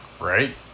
right